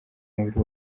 mubiri